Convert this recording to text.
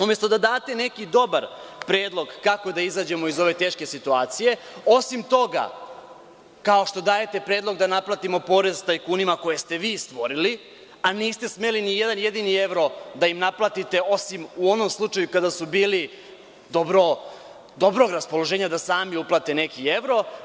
Umesto da date neki dobar predlog kako da izađemo iz ove teške situacije, osim toga što dajete predlog da naplatimo porez tajkunima koje ste vi stvorili, a niste smeli nijedan jedini evro da im naplatite, osim u onom slučaju kada su bili dobrog raspoloženja da sami uplate neki evro.